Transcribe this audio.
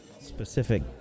specific